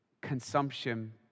consumption